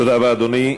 תודה רבה, אדוני.